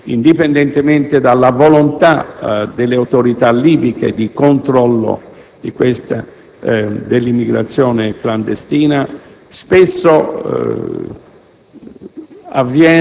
indipendentemente dalla volontà delle autorità libiche di controllo dell'immigrazione clandestina spesso